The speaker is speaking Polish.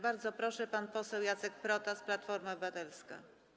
Bardzo proszę, pan poseł Jacek Protas, Platforma Obywatelska.